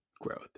growth